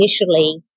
initially